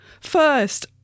first